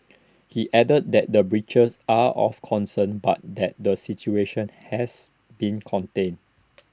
he added that the breaches are of concern but that the situation has been contained